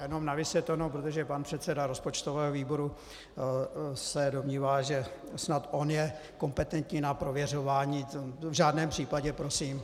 Já jenom na vysvětlenou, protože pan předseda rozpočtového výboru se domnívá, že snad on je kompetentní na prověřování, to v žádném případě prosím.